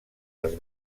les